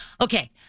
Okay